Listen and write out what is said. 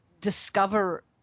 discover